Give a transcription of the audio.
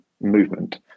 movement